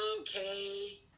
Okay